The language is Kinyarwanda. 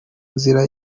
nzira